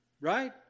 Right